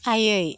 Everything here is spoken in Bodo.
आयै